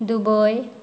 Dubai